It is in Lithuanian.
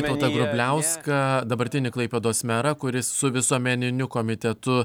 vytautą grubliauską dabartinį klaipėdos merą kuris su visuomeniniu komitetu